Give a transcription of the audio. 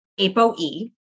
ApoE